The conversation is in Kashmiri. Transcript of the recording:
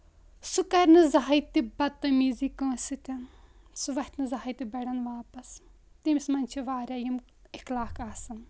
سُہ کَرِ نہٕ زٕہنۍ تہِ بدتمیزی کٲنٛسہِ سۭتۍ سُہ وۄتھہِ نہٕ زٕہنۍ تہِ بَڑیٚن واپَس تٔمِس منٛز چھِ واریاہ یِم اِخلاق آسان